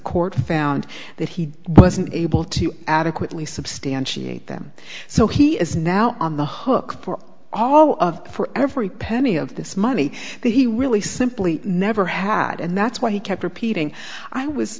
court found that he wasn't able to adequately substantiate them so he is now on the hook for all of for every penny of this money that he really simply never had and that's why he kept repeating i was